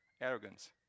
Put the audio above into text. arrogance